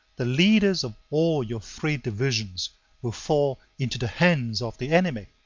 the leaders of all your three divisions will fall into the hands of the enemy.